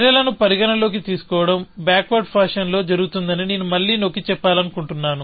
చర్యలను పరిగణనలోకి తీసుకోవడం బ్యాక్వర్డ్ ఫ్యాషన్ లో జరుగుతుందని నేను మళ్ళీ నొక్కి చెప్పాలనుకుంటున్నాను